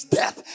death